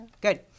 good